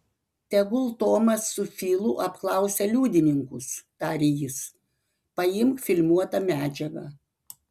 tegul tomas su filu apklausia liudininkus tarė jis paimk filmuotą medžiagą